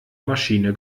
maschine